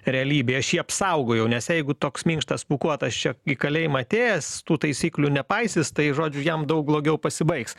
realybėj aš jį apsaugojau nes jeigu toks minkštas pūkuotas čia į kalėjimą atėjęs tų taisyklių nepaisys tai žodžiu jam daug blogiau pasibaigs